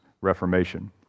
Reformation